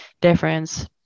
difference